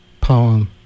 poem